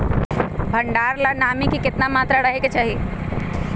भंडारण ला नामी के केतना मात्रा राहेके चाही?